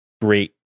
great